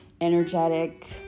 energetic